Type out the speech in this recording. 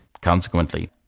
Consequently